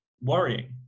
worrying